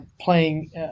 playing